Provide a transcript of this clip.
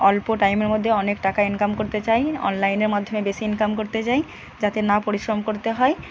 অল্প টাইমের মধ্যে অনেক টাকা ইনকাম করতে চায় অনলাইনের মাধ্যমে বেশি ইনকাম করতে চায় যাতে না পরিশ্রম করতে হয়